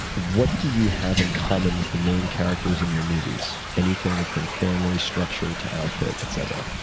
what do you have in common with the main characters in your movies, anything from family structure to outfit, etc?